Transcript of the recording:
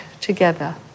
together